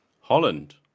Holland